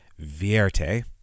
Vierte